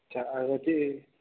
आणि ते